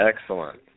Excellent